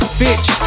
bitch